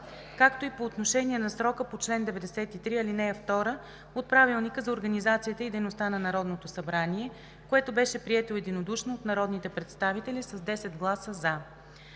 както и по отношение на срока по чл. 93, ал. 2 от Правилника за организацията и дейността на Народното събрание, което беше прието единодушно от народните представители с 10 гласа „за“.